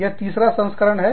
यह तीसरा संस्करण है